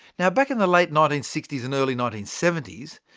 yeah back in the late nineteen sixty s and early nineteen seventy s,